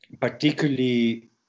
particularly